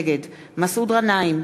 נגד מסעוד גנאים,